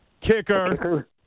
Kicker